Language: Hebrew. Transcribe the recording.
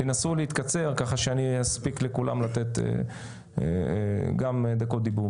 תנסו להתקצר כך שאני אספיק לכולם לתת גם דקות דיבור.